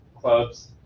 clubs